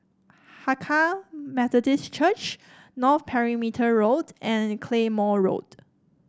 Hakka Methodist Church North Perimeter Road and Claymore Road